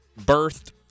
birthed